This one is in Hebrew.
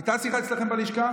הייתה שיחה אצלכם בלשכה